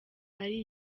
ari